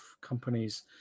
companies